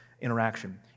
interaction